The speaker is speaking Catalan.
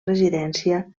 residència